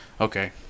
okay